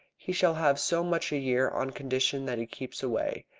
he shall have so much a year on condition that he keeps away.